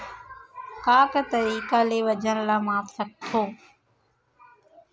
का का तरीक़ा ले वजन ला माप सकथो?